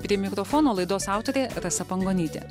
prie mikrofono laidos autorė rasa pangonytė